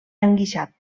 enguixat